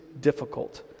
difficult